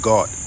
God